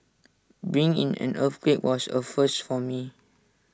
being in an earthquake was A first for me